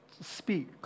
speak